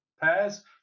pairs